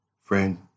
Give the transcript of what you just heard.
Friend